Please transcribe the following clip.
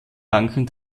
banken